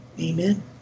Amen